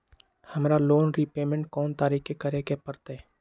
हमरा loan repayment कोन तारीख के करे के परतई?